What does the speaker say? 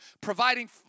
providing